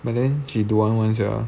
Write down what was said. but then she don't want [one] sia